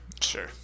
Sure